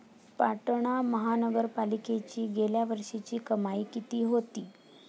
पाटणा महानगरपालिकेची गेल्या वर्षीची कमाई किती होती?